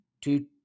two